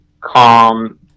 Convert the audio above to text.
calm